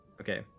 Okay